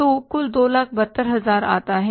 तो कुल 272000 आता है